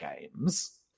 games